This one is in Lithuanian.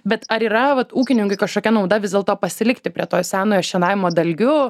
bet ar yra vat ūkininkui kažkokia nauda vis dėlto pasilikti prie to senojo šienavimo dalgiu